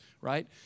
right